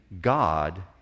God